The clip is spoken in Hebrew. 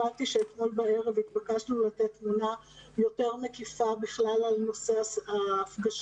הבנתי שאתמול בערב נתבקשנו לתת תמונה יותר מקיפה בכלל על נושא ההפגשה.